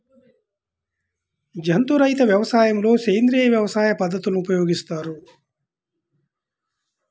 జంతు రహిత వ్యవసాయంలో సేంద్రీయ వ్యవసాయ పద్ధతులను ఉపయోగిస్తారు